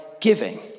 giving